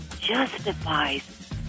justifies